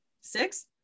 Six